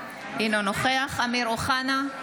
אינו נוכח אמיר אוחנה,